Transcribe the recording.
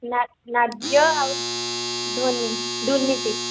ନାର୍ଯ୍ୟ ଆଉ ଧୋନି ଦୁର୍ନୀତି